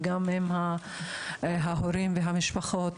וגם עם ההורים והמשפחות,